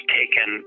taken